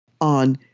on